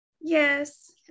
Yes